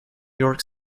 york